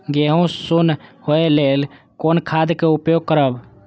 गेहूँ सुन होय लेल कोन खाद के उपयोग करब?